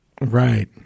Right